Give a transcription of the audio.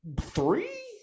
three